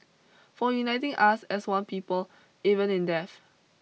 for uniting us as one people even in death